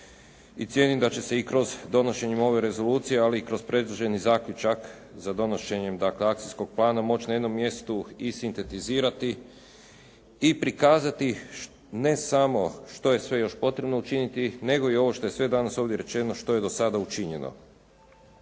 i cijenim da će se i kroz donošenje ove rezolucije, ali i kroz predloženi zaključak za donošenje akcijskog plana, moći na jednom mjestu i sintetizirati i prikazati ne samo što je sve još potrebno učiniti, nego i ovo što je sve danas ovdje rečeno što je do sada učinjeno.